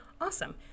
awesome